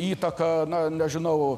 įtaka na nežinau